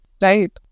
right